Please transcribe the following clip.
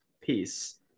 peace